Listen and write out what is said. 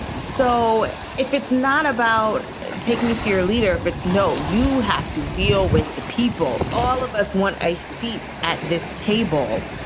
so if it's not about take me to your leader, if it's. no, you have to deal with the people. all of us want a seat at this table.